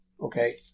Okay